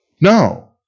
No